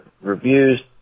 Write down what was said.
reviews